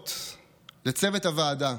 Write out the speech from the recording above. להודות לצוות הוועדה,